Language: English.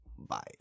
Bye